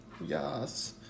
Yes